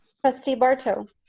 trustee barto.